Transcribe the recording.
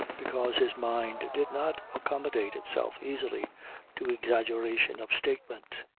because his mind did not accommodate itself easily to exaggeration of statement.